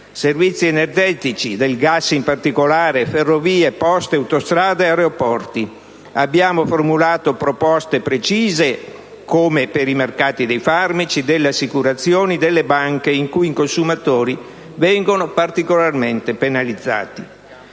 servizi energetici, del gas in particolare, ferrovie, poste, autostrade ed aeroporti. Abbiamo formulato proposte precise, come per i mercati dei farmaci, delle assicurazioni, delle banche, in cui i consumatori vengono particolarmente penalizzati.